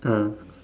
ah